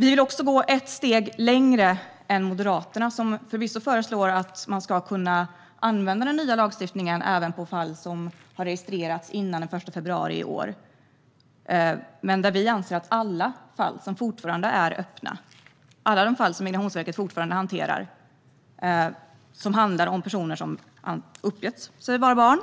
Vi vill också gå ett steg längre än Moderaterna, som förvisso föreslår att man ska kunna använda den nya lagstiftningen även för fall som har registrerats före den 1 februari i år. Vi anser att alla fall som Migrationsverket fortfarande hanterar, som handlar om personer som uppgett att de är barn